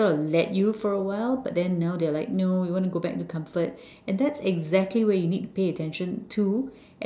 sort of let you for a while but then now they're like no they want to go back to comfort and that's exactly where you need to pay attention to